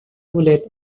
bullet